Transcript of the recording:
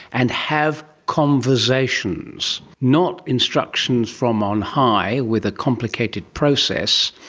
and have conversations, not instructions from on high with a complicated process,